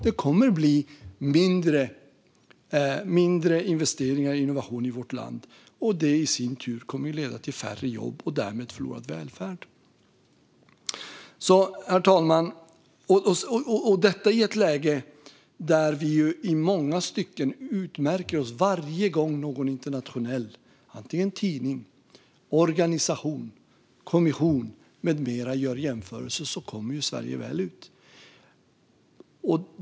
Det kommer att bli mindre investeringar och innovationer i vårt land. Det kommer i sin tur att leda till färre jobb och därmed förlorad välfärd. Herr talman! Vi utmärker oss i många stycken. Varje gång någon internationell tidning, organisation, kommission med mera gör jämförelser kommer Sverige väl ut.